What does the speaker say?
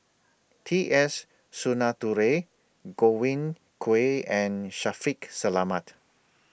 T S Sinnathuray Godwin Koay and Shaffiq Selamat